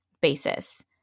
basis